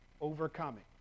overcoming